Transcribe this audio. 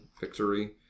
victory